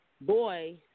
boy